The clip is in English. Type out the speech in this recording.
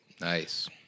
Nice